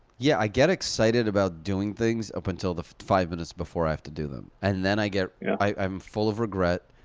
yeah, i get excited about doing things up until the five minutes before i have to do them. and then i get. i'm full of regret,